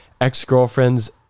ex-girlfriend's